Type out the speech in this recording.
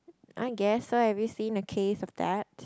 I guess so have you seen a case of that